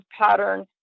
pattern